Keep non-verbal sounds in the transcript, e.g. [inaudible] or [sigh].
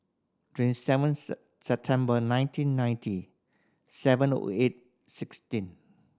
twenty seven [unintelligible] September nineteen ninety seven O eight sixteen